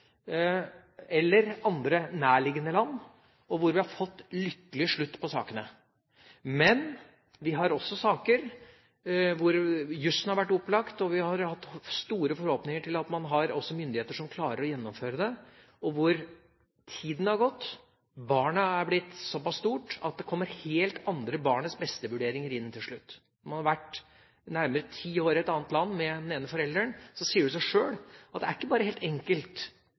eller andre nærliggende land, hvor vi har fått lykkelig slutt på sakene. Vi har også hatt saker der jusen har vært opplagt, der vi har hatt store forhåpninger til at man også har hatt myndigheter som skulle klare å gjennomføre dette, men tida har gått, og barnet har blitt såpass stort at det til slutt har kommet inn helt andre ting enn til barnets-beste-vurderinger. Når man har vært nærmere ti år i et annet land med én forelder, sier det seg sjøl at det ikke bare er helt enkelt